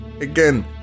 Again